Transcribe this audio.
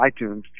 iTunes